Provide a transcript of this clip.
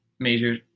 major